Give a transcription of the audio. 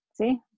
see